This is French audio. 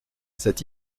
cette